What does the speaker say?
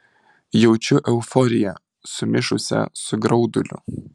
jaučiu euforiją sumišusią su grauduliu